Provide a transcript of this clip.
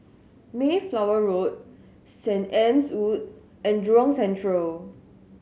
Mayflower Road Saint Anne's Wood and Jurong Central